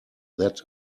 that